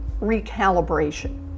recalibration